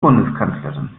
bundeskanzlerin